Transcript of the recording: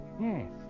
Yes